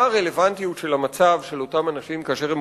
מה הרלוונטיות של המצב של אותם אנשים כאשר הם